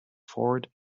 forward